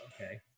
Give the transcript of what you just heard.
okay